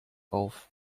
auf